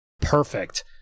perfect